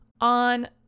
on